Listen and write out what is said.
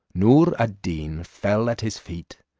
noor ad deen fell at his feet,